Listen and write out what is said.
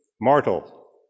Mortal